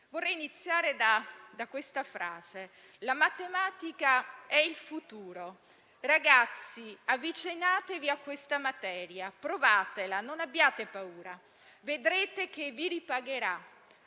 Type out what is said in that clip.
Vorrei iniziare da questa frase: «La matematica è il futuro. Ragazzi, avvicinatevi a questa materia, provatala, non abbiate paura. Vedrete che vi ripagherà,